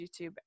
youtube